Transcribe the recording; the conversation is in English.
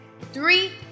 three